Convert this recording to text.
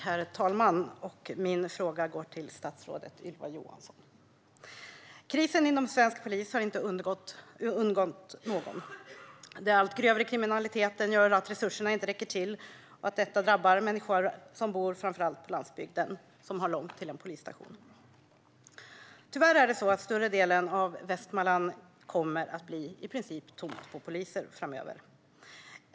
Herr talman! Min fråga går till statsrådet Ylva Johansson. Krisen inom svensk polis har inte undgått någon. Den allt grövre kriminaliteten gör att resurserna inte räcker till, och detta drabbar framför allt människor som bor på landsbygden och som har långt till en polisstation. Tyvärr kommer större delen av Västmanland att bli i princip tom på poliser framöver.